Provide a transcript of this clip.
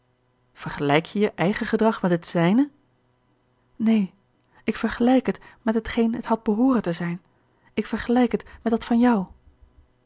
vergelijk je je eigen gedrag met het zijne neen ik vergelijk het met t geen het had behooren te zijn ik vergelijk het met dat van jou